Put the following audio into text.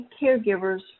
caregivers